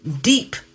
deep